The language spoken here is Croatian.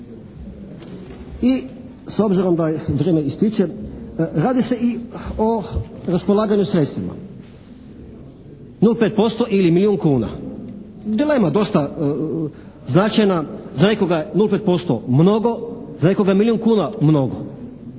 I s obzirom da mi vrijeme ističe, radi se i o raspolaganju sredstvima, 0,5% ili milijun kuna. Dilema je dosta značajna. Za nekoga je 0,5% mnogo, za nekoga je milijun kuna mnogo,